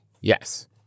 Yes